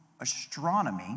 astronomy